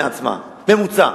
בממוצע.